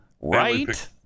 right